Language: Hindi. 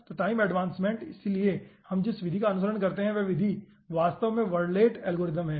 तो टाइम एडवांसमेंट इसलिए हम जिस विधि का अनुसरण करते हैं वह वास्तव में वर्लेट एल्गोरिथम है